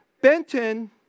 Benton